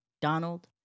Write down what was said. Donald